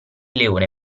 leone